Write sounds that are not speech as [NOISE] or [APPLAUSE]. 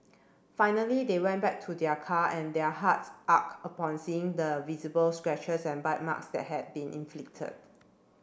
finally they went back to their car and their hearts [UNINTELLIGIBLE] upon seeing the visible scratches and bite marks that had been inflicted